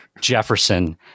Jefferson